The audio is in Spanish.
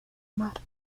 mar